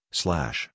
slash